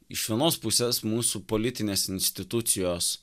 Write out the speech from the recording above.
iš vienos pusės mūsų politinės institucijos